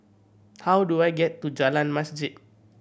how do I get to Jalan Masjid